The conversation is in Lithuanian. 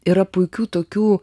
yra puikių tokių